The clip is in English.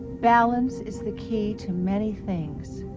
balance is the key to many things.